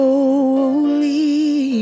Holy